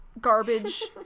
garbage